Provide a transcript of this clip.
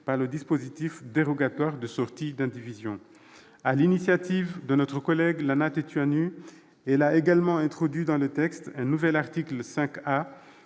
par le dispositif dérogatoire de sortie d'indivision. Sur l'initiative de notre collègue Lana Tetuanui, elle a également introduit dans le texte un nouvel article 5